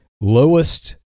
lowest